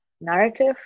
narrative